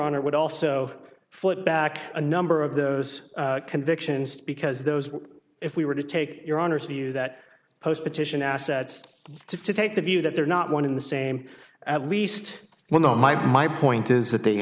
honor would also foot back a number of those convictions because those if we were to take your honors to that post petition assets to take the view that they're not one in the same at least well no my my point is that they